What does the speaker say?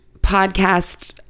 podcast